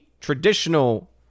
traditional